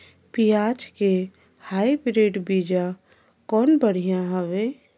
पियाज के हाईब्रिड बीजा कौन बढ़िया हवय?